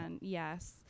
Yes